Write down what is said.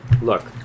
Look